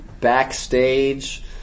backstage